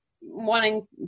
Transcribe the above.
wanting